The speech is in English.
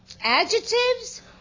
adjectives